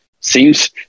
seems